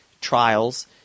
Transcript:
trials